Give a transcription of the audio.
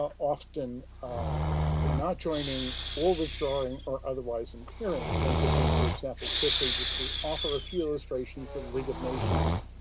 often ah not joining or withdrawing or otherwise impairing. one could think, for example quickly, just to offer a few illustrations of the league of nations,